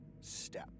step